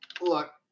look